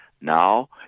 Now